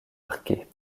arqué